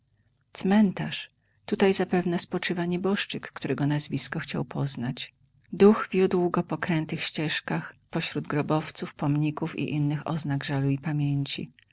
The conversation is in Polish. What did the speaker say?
cmentarz tutaj zapewne spoczywa nieboszczyk którego nazwisko chciał poznać duch wiódł go po krętych ścieżkach pośród grobowców pomników i innych oznak żalu i pamięci